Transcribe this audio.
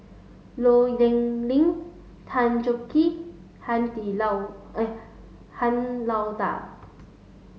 Low Yen Ling Tan Chong Tee Han Lao Han Lao Da